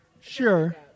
Sure